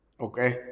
okay